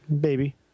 Baby